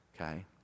Okay